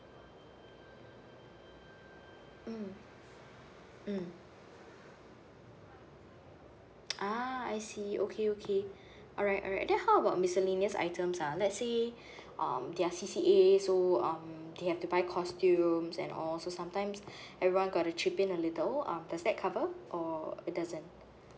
mm mm ah I see okay okay alright alright then how about miscellaneous items ah let's say um they are C C A so um they have to buy costumes and all so sometimes everyone got to chip in a little uh does that cover or it doesn't